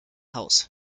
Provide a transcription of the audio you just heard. haus